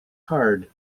hard